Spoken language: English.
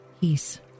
peace